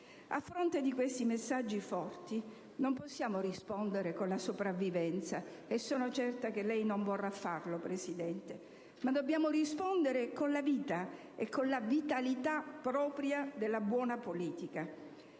A fronte di questi messaggi forti non possiamo rispondere con la sopravvivenza - e sono certa, signor Presidente, che lei non vorrà farlo - ma dobbiamo rispondere con la vita e con la vitalità propria della buona politica,